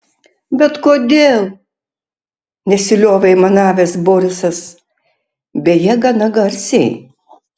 bet kodėl nesiliovė aimanavęs borisas beje gana garsiai